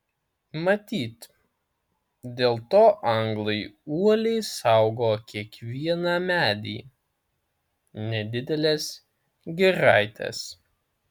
matyt dėl to anglai uoliai saugo kiekvieną medį nedideles giraites